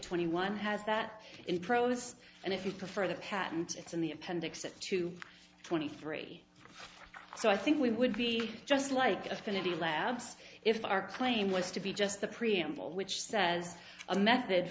twenty one has that in prose and if you prefer the patent it's in the appendix at two twenty three so i think we would be just like affinity labs if our claim was to be just the preamble which says a method